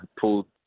pull